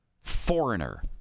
Foreigner